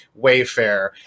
Wayfair